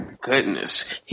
goodness